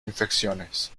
infecciones